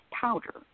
powder